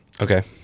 Okay